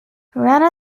rana